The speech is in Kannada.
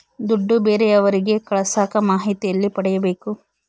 ದುಡ್ಡು ಬೇರೆಯವರಿಗೆ ಕಳಸಾಕ ಮಾಹಿತಿ ಎಲ್ಲಿ ಪಡೆಯಬೇಕು?